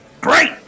great